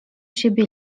siebie